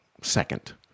second